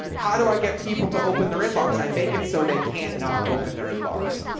how do i get people to open their inbox? i make it so they can't not open their inbox.